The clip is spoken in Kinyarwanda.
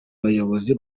bayobozi